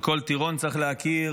שכל טירון צריך להכיר